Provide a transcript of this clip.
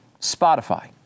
Spotify